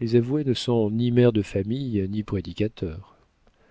les avoués ne sont ni mères de famille ni prédicateurs